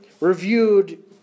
reviewed